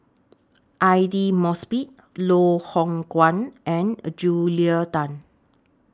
Aidli Mosbit Loh Hoong Kwan and Julia Tan